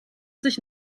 sich